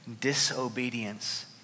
disobedience